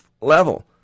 level